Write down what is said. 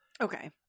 Okay